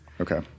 Okay